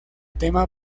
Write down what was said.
tema